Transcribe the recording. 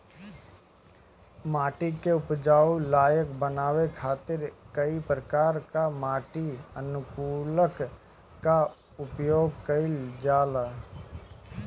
माटी के उपजाऊ लायक बनावे खातिर कई प्रकार कअ माटी अनुकूलक कअ उपयोग कइल जाला